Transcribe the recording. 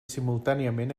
simultàniament